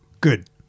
Good